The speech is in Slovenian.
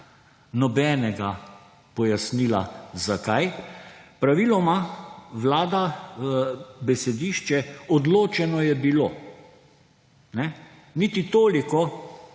nobenega – pojasnila, zakaj. Praviloma vlada besedišče – odločeno je bilo. Niti toliko